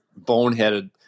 boneheaded